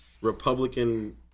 Republican